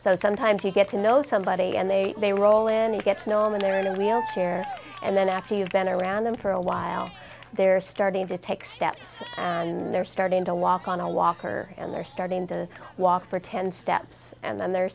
so sometimes you get to know somebody and they they roll in you get to know in their own wheel chair and then after you've been around them for a while they're starting to take steps and they're starting to walk on a walker and they're starting to walk for ten steps and then they're